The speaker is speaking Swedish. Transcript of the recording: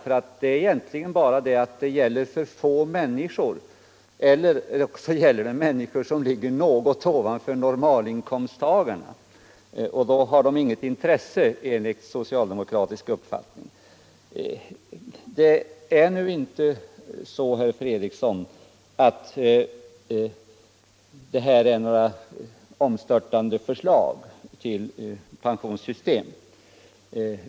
Argumenten är egentligen bara att förslagen gäller för få människor eller människor som ligger något ovanför normalinkomsttalen. Därmed har de enligt socialdemokratisk uppfattning inget intresse. Det är inte så, herr Fredriksson, att dessa förslag skulle omstörta pensionssystemet.